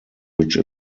which